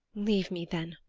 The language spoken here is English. leave me, then,